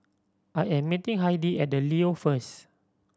I am meeting Heidi at The Leo first